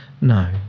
no